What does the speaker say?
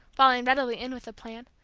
falling readily in with the plan.